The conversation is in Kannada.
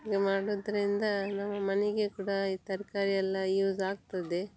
ಹಾಗೆ ಮಾಡುವುದ್ರದಿಂದ ನಮ್ಮ ಮನೆಗೆ ಕೂಡ ಈ ತರ್ಕಾರಿಯೆಲ್ಲ ಯೂಸ್ ಆಗ್ತದೆ